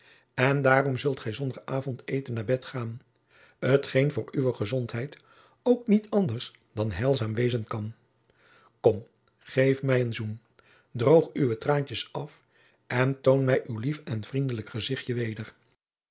en daarom zult gij zonder avondeten naar bed gaan t geen voor uwe gejacob van lennep de pleegzoon zondheid ook niet anders dan heilzaam wezen kan kom geef mij een zoen droog uwe traantjens af en toon mij uw lief en vriendelijk gezichtje weder